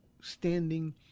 standing